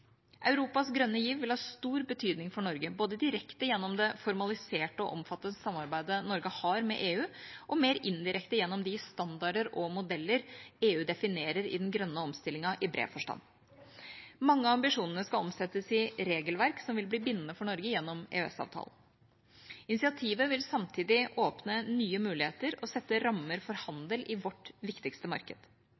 Europas grønne giv vil ha stor betydning for Norge, både direkte gjennom det formaliserte og omfattende samarbeidet Norge har med EU, og mer indirekte gjennom de standarder og modeller som EU definerer i den grønne omstillingen i bred forstand. Mange av ambisjonene skal omsettes i regelverk som vil bli bindende for Norge gjennom EØS-avtalen. Initiativet vil samtidig åpne nye muligheter og sette rammer for